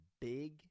big